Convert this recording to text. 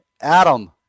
Adam